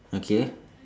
okay